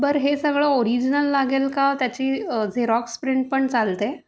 बरं हे सगळं ओरिजिनल लागेल का त्याची झेरोक्स प्रिंट पण चालते